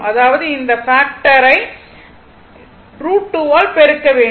அதாவது இந்த பாக்டர் ஐ √2 ஆல் பெருக்க வேண்டும்